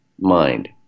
mind